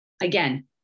again